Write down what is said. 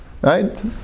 right